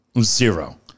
zero